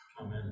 amen